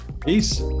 Peace